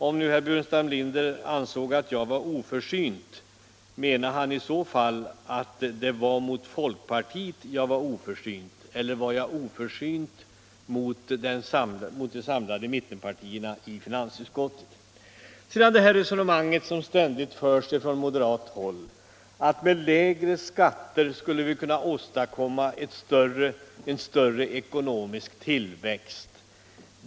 Om herr Burenstam Linder ansåg att jag var oförsynt — menar han i så fall att jag var oförsynt mot folkpartiet eller mot de samlade mittenpartierna i finansutskottet? Det förs ständigt från moderat håll ett resonemang om att vi med lägre skatter skulle kunna åstadkomma större ekonomisk tillväxt.